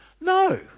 No